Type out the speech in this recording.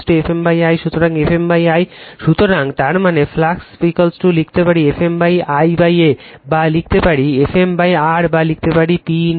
সুতরাং তার মানে ফাই φ লিখতে পারি Fm l A বা লিখতে পারি Fm R বা লিখতে পারি P Fm